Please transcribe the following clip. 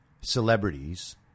celebrities